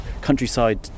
countryside